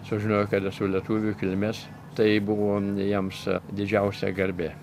sužinojo kad esu lietuvių kilmės tai buvo jiems didžiausia garbė